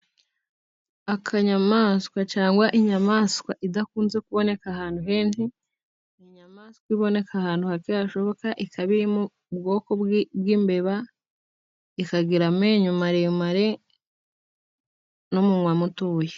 Akanyamaswa cyangwa inyamaswa idakunze kuboneka ahantu henshi, kuko iboneka ahantu hake hashoboka. Ikaba iri mu bwoko bw'imbeba, ikagira amenyo maremare n'umunwa mutoya.